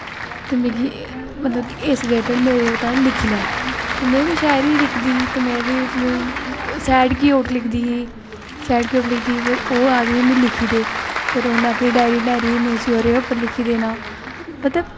ते मिगी इस दे रिलेटिड मेरे ताहीं लिखी लै ते में बी शायरी लिखदी ही ते में बी सैड गै लिखदी ही सैड कोट लिखदी ही ते ओह् मिगी आखदी ही मिगी लिखी दे फिर उ'नें अपनी डायरी बनाई दी ही फिर में ओह्दे पर लिखी देना मतलब